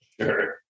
Sure